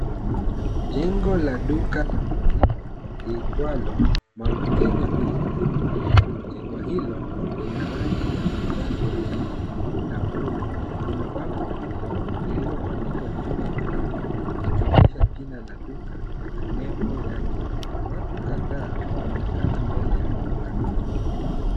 Jengo la duka la maziwa liitwalo Mount Kenya milk depot. Jengo hilo lina rangi ya manjano hafifu na bluu. Kuna bango kubwa lililobandikwa juu ya mlango likionyesha jina la duka na nembo yake. Watu kadhaa wanaonekana mbele ya duka.